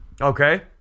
Okay